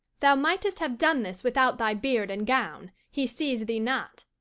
thou mightst have done this without thy beard and gown he sees thee not.